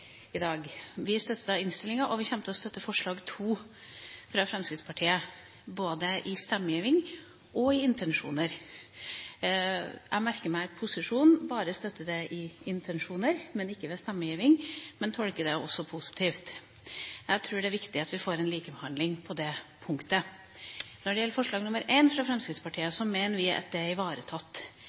Vi støtter innstillinga, og vi kommer til å støtte forslag nr. 2 fra Fremskrittspartiet, både i stemmegiving og i intensjoner. Jeg merker meg at posisjonen bare støtter det i intensjoner, men ikke ved stemmegiving, men tolker det også positivt. Jeg tror det er viktig at vi får en likebehandling på dette punktet. Når det gjelder forslag nr. 1 fra Fremskrittspartiet, mener vi at dette er ivaretatt